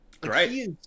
Great